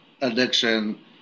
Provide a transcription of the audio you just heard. addiction